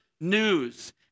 news